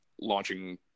launching